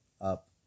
up